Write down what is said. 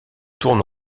tourne